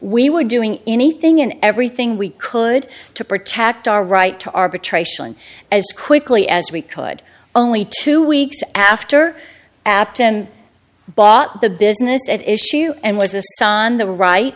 we were doing anything and everything we could to protect our right to arbitration as quickly as we could only two weeks after acton bought the business at issue and was us on the right